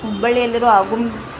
ಹುಬ್ಬಳ್ಳಿಯಲ್ಲಿರುವ Agumbe